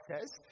says